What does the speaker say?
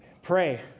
Pray